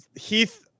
Heath